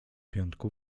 piątku